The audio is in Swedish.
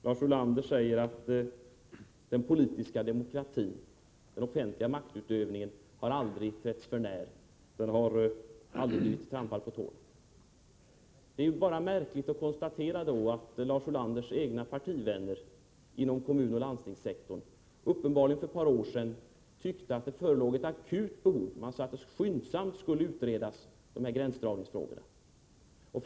Lars Ulander säger att den politiska demokratin och den offentliga maktutövningen aldrig har trätts för när eller blivit trampad på tårna. Det är då märkligt att man måste konstatera att Lars Ulanders egna partivänner inom kommunoch landstingssektorn för ett par år sedan uppenbarligen ansåg att det förelåg ett akut behov av en översyn. Man ville att gränsdragningsfrågorna skulle utredas skyndsamt.